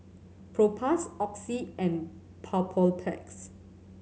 Propass Oxy and Papulex